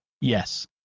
Yes